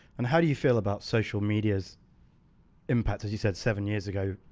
and how do you feel about social media's impact, as you said, seven years ago,